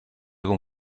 con